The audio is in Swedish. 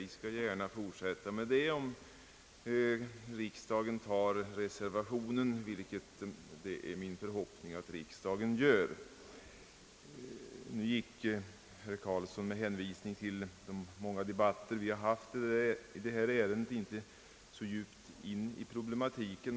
Vi skall gärna fortsätta att debattera denna fråga, om riksdagen bifaller reservationen — vilket det är min förhoppning att riksdagen gör. Herr Carlsson gick nu med hänvisning till de många debatter vi haft i detta ärende inte så djupt in i problematiken.